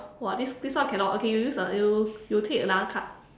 !wah! this this one cannot okay use a you you take another card